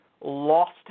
lost